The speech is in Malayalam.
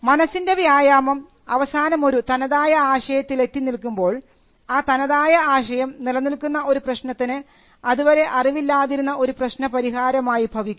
മനസ്സിൻറെ വ്യായാമം അവസാനമൊരു തനതായ ആശയത്തിൽ എത്തിനിൽക്കുമ്പോൾ ആ തനതായ ആശയം നിലനിൽക്കുന്ന ഒരു പ്രശ്നത്തിന് അതുവരെ അറിവില്ലാതിരുന്ന ഒരു പ്രശ്നപരിഹാരമായി ഭവിക്കുന്നു